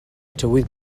tywydd